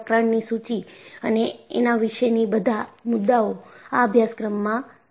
પ્રકરણની સુચિ અને એના વિશેની બધા મુદ્દાઓ આ અભ્યાસક્રમમાં લેવામાં આવશે